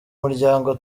muryango